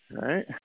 Right